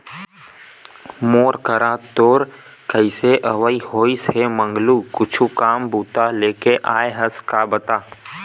मोर करा तोर कइसे अवई होइस हे मंगलू कुछु काम बूता लेके आय हस का बता?